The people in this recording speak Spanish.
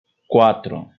cuatro